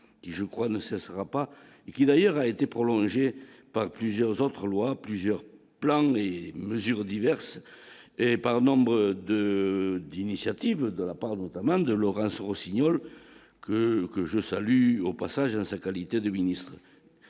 qui je crois ne cessera pas et qui va dire, a été prolongé par plusieurs autres lois plusieurs plans et mesures diverses et par nombre de d'initiative de la part notamment de Laurence Rossignol que que je salue au passage en sa qualité de ministre